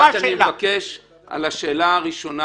אני מבקש על השאלה הראשונה,